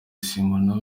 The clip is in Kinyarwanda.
simon